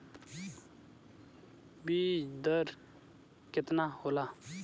बीज दर केतना होला?